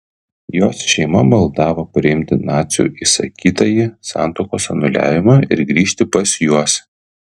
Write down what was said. jos šeima maldavo priimti nacių įsakytąjį santuokos anuliavimą ir grįžti pas juos